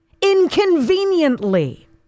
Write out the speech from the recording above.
inconveniently